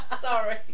sorry